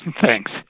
Thanks